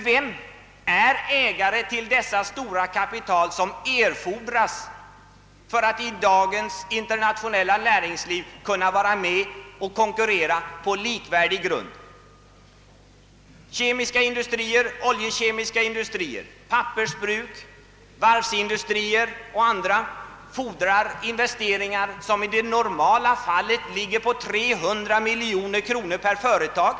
Vem är ägare till det stora kapital som erfordras för att i dagens internationella näringsliv kunna vara med och konkurrera på likvärdig grund? Kemiska industrier, oljekemiska industrier, pappersbruk, varvsindustrier och andra företag fordrar investeringar som normalt ligger på 300 miljoner kronor per företag.